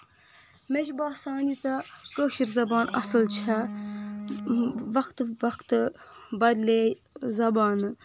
مےٚ چُھ باسان ییٖژہ کٲشِر زَبان اَصٕل چھےٚ وقتہٕ وقتہٕ بدلے زَبانہٕ